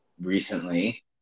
recently